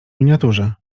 miniaturze